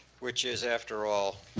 which is after all,